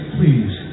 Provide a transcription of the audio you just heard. Please